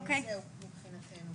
זהו, מבחינתנו.